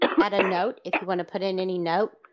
add a note, if you want to put in any note.